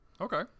Okay